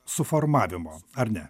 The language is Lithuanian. suformavimo ar ne